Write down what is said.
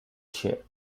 share